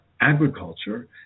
Agriculture